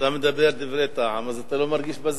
אתה מדבר דברי טעם, אז אתה לא מרגיש בזמן.